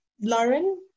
Lauren